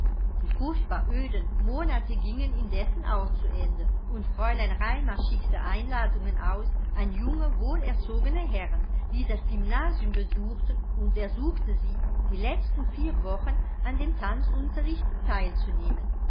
die furchtbar öden monate gingen indessen auch zu ende und fräulein raimar schickte einladungen aus an junge wohlerzogene herren die das gymnasium besuchten und ersuchte sie die letzten vier wochen an dem tanzunterrichte teilzunehmen